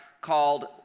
called